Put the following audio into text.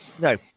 No